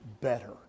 better